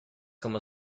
como